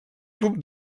club